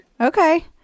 Okay